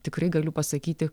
tikrai galiu pasakyti